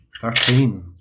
Thirteen